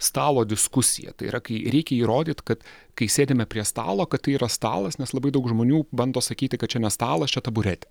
stalo diskusija tai yra kai reikia įrodyti kad kai sėdime prie stalo kad tai yra stalas nes labai daug žmonių bando sakyti kad čia ne stalas čia taburetė